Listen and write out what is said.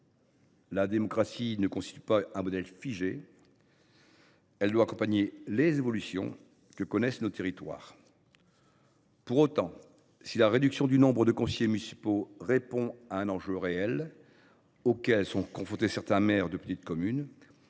La démocratie ne constitue pas un modèle figé. Elle doit accompagner les évolutions de nos territoires. Pour autant, si la réduction du nombre de conseillers municipaux répond à un réel problème auquel sont confrontés les maires de certaines petites communes,